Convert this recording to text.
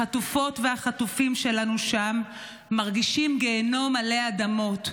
החטופות והחטופים שלנו שם מרגישים גיהינום עלי אדמות,